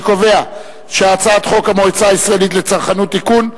אני קובע שהצעת חוק המועצה הישראלית לצרכנות (תיקון),